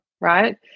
right